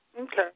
Okay